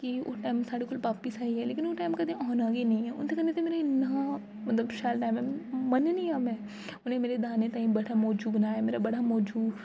कि ओह् टैम साढ़े कोल बापस आई जाए लेकिन ओह् टैम कदें औना गै नि ऐ ओह्दे कन्नै ते मेरा इन्ना मतलब शैल टैम ऐ मनन्नी आं में उ'नें मेरा दाने ताईं बड़ा मौजू बनाया मेरा बड़ा मौजू